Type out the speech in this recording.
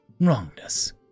wrongness